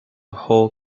whole